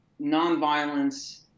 nonviolence